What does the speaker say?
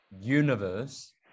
universe